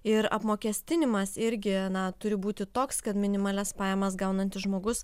ir apmokestinimas irgi na turi būti toks kad minimalias pajamas gaunantis žmogus